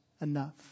enough